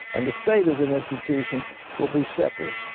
and the state as an institution will be separate.